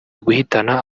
guhitana